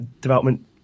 development